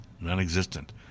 non-existent